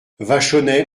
vachonnet